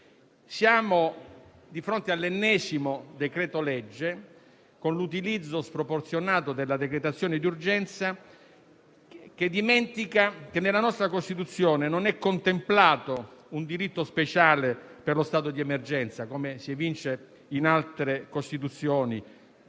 Siamo di fronte all'ennesimo decreto-legge, con l'utilizzo sproporzionato della decretazione di urgenza, che dimentica che nella nostra Costituzione non è contemplato un diritto speciale per lo stato di emergenza, come si evince in altre Costituzioni (quella